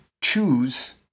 choose